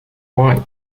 white